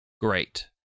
great